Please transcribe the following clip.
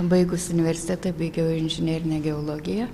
baigus universitetą baigiau inžinerinę geologiją